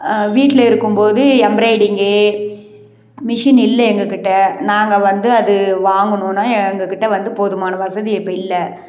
வீட்டுலே இருக்கும் போது எம்ராய்டிங்கு மிஷின் இல்லை எங்கக்கிட்டே நாங்கள் வந்து அது வாங்கணும்ன்னா எங்கக்கிட்டே வந்து போதுமான வசதி இப்போ இல்லை